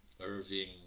Irving